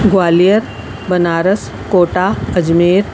Gwalior Banaras Kota Ajmer